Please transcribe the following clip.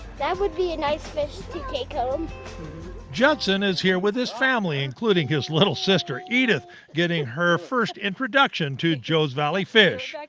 that would be a nice fish to take home. reece judson is here with his family including his little sister edith getting her first introduction to joes valley fish.